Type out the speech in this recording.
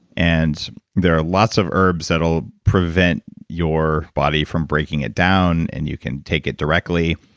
and there are lots of herbs that will prevent your body from breaking it down and you can take it directly.